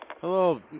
Hello